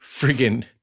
Friggin